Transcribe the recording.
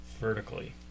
vertically